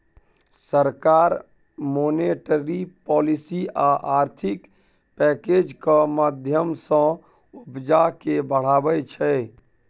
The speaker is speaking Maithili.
सरकार मोनेटरी पालिसी आ आर्थिक पैकैजक माध्यमँ सँ उपजा केँ बढ़ाबै छै